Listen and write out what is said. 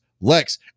Lex